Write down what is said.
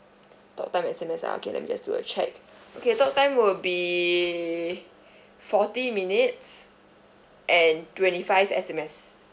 talk time S_M_S ah okay let me just do a check okay talk time will be forty minutes and twenty five S_M_S